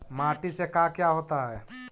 माटी से का क्या होता है?